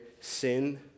sin